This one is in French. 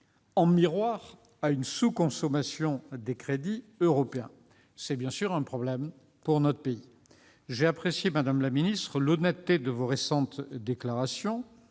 en miroir, à une sous-consommation des crédits européens, qui constitue bien entendu un problème pour notre pays. J'ai apprécié, madame la secrétaire d'État, l'honnêteté de vos récentes déclarations.